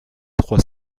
trois